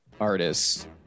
artists